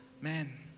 Man